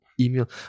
email